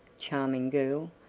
charming girl,